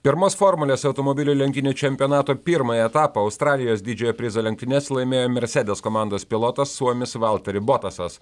pirmos formulės automobilių lenktynių čempionato pirmąjį etapą australijos didžiojo prizo lenktynes laimėjo mercedes komandos pilotas suomis valteri botasas